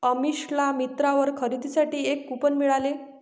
अमिषाला मिंत्रावर खरेदीसाठी एक कूपन मिळाले